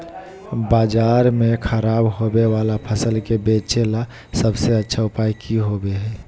बाजार में खराब होबे वाला फसल के बेचे ला सबसे अच्छा उपाय की होबो हइ?